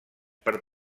per